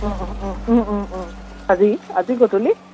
অঁ অঁ অঁ আজি আজি গধূলি